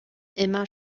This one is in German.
immer